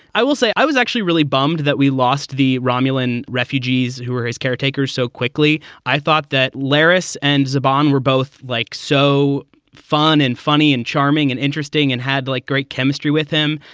i will say i was actually really bummed that we lost the romulan refugees who were his caretakers so quickly. i thought that lloris and zaban were both like so fun and funny and charming and interesting and had like great chemistry with him.